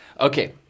Okay